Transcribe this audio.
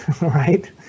right